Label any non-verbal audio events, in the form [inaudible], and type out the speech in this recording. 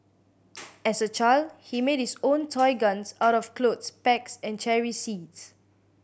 [noise] as a child he made his own toy guns out of clothes pegs and cherry seeds